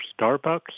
Starbucks